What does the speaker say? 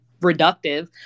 reductive